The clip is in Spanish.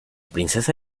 princesa